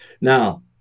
Now